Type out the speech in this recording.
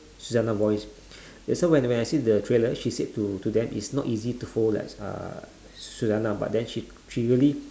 suzzanna voice so when when I see the trailer she said to to them it's not easy to follow uh suzzanna but then she she really